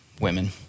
women